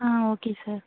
ah okay sir